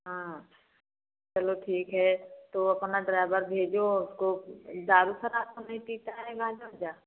हाँ चलो ठीक है तो अपना ड्राइवर भेजो उसको दारू शराब तो नहीं पीता है गांजा उंजा